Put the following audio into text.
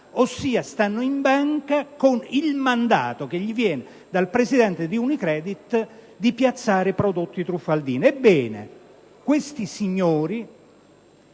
se stanno in banca con il mandato che viene loro dal presidente di Unicredit di piazzare prodotti truffaldini. Ebbene questi signori,